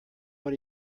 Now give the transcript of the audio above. what